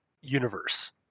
universe